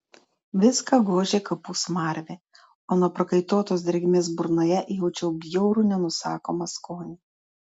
viską gožė kapų smarvė o nuo prakaituotos drėgmės burnoje jaučiau bjaurų nenusakomą skonį